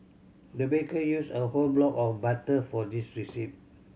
the baker used a whole block of butter for this receipt